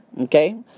Okay